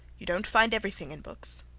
you dont find everything in books.